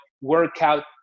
workout